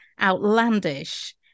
outlandish